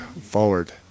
forward